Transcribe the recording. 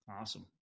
Awesome